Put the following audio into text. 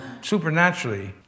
supernaturally